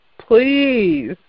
please